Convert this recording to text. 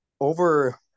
over